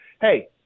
hey